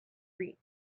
reap